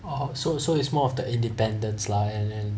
orh so so it's more of the independence lah and then